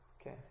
Okay